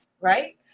right